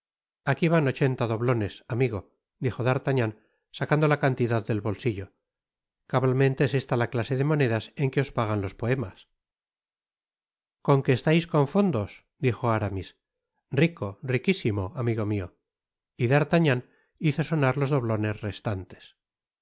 aqui van ochenta doblones amigo dijo d'artagnan sacando la cantidad del bolsillo cabalmente es esta la ctase de monedas en que os pagan los poemas con qué estais con fondos dijo aramis rico riquisimo amigo mio y d'artagnan hizo sonar los doblones restantes